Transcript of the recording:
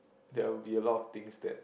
there would be a lot of things that